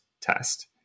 test